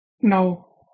No